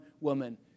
woman